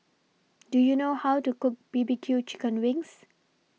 Do YOU know How to Cook B B Q Chicken Wings